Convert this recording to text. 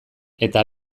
eta